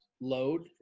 load